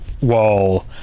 wall